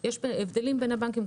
יש הבדלים בין הבנקים.